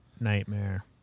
nightmare